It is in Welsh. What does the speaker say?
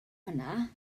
hwnna